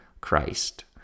Christ